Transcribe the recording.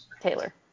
Taylor